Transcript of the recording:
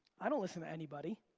i don't listen to anybody.